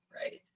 right